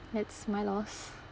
that's my loss